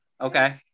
Okay